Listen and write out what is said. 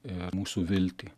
ir mūsų viltį